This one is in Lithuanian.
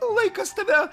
laikas tave